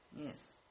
Yes